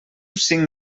cinc